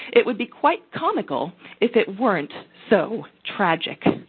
it would be quite comical if it weren't so tragic.